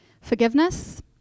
forgiveness